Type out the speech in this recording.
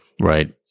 Right